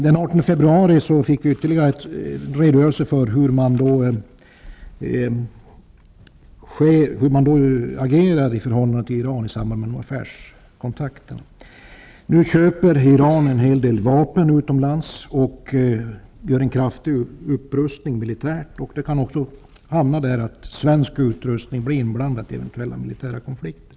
Den 18 februari fick vi ytterligare en redogörelse för hur man agerar i förhål lande till Iran i samband med affärskontakter. Nu köper Iran en hel del va pen utomlands och gör en kraftig militär upprustning. Det kan leda till att också svensk utrustning blir inblandad i eventuella militära konflikter.